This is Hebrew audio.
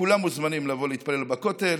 כולם מוזמנים לבוא להתפלל בכותל,